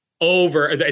over